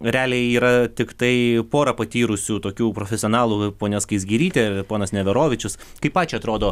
realiai yra tiktai pora patyrusių tokių profesionalų ponia skaisgirytė ponas neverovičius kai pačiai atrodo